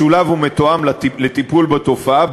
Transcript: משולב ומתואם לטיפול בתופעה,